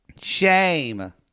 Shame